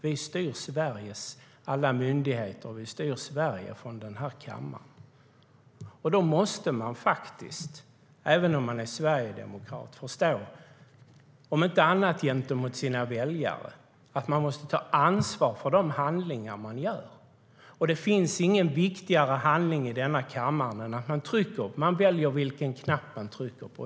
Vi styr Sveriges alla myndigheter och Sverige från denna kammare. Då måste även en sverigedemokrat förstå att man måste ta ansvar för de handlingar man gör, om inte annat så gentemot sina väljare. Det finns ingen viktigare handling i denna kammare än att välja vilken knapp man ska trycka på.